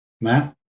Matt